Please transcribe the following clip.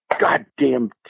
goddamn